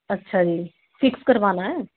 ਅੱਛਾ ਜੀ ਫਿਕਸ ਕਰਵਾਉਣਾ ਹੈ